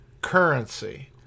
currency